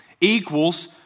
equals